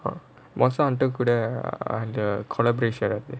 once அவன்ட குட அந்த:avanta kuda antha collabration